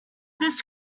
this